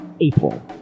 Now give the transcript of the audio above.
April